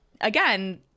again